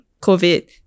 COVID